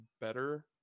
better